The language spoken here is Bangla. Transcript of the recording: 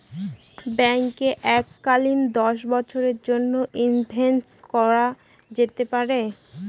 ব্যাঙ্কে এককালীন দশ বছরের জন্য কি ইনভেস্ট করা যেতে পারে?